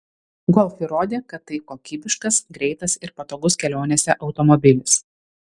golf įrodė kad tai kokybiškas greitas ir patogus kelionėse automobilis